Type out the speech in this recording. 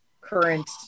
current